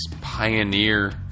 pioneer